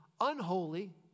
unholy